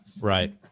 Right